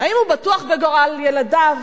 האם הוא בטוח בגורל ילדיו,